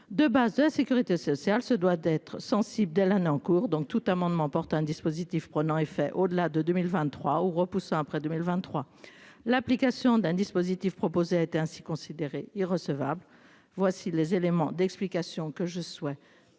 de base de la Sécurité sociale se doit d'être sensible l'année en cours donc tout amendement porte un dispositif prenant effet au-delà de 2023, repoussant après 2023 l'application d'un dispositif proposé a été ainsi considéré irrecevable. Voici les éléments d'explication que je sois.